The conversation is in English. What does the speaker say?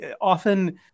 often